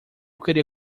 queria